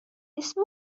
اسم